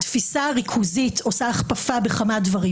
התפיסה הריכוזית עושה הכפפה בכמה דברים.